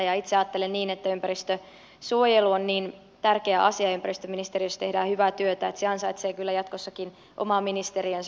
itse ajattelen niin että ympäristönsuojelu on niin tärkeä asia ja ympäristöministeriössä tehdään hyvää työtä että se ansaitsee kyllä jatkossakin oman ministeriönsä